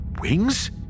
wings